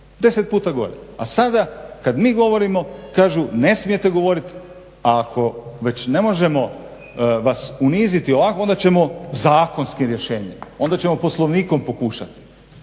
su 10 puta gore. A sada kada mi govorimo kažu ne smijete govoriti a ako već ne možemo vas uniziti ovako onda ćemo zakonskim rješenjem, onda ćemo poslovnikom pokušati.